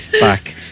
back